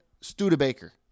Studebaker